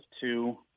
two